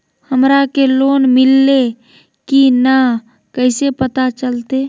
हमरा के लोन मिल्ले की न कैसे पता चलते?